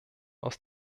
aus